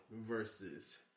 versus